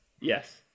yes